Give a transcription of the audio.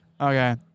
okay